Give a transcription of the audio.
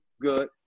good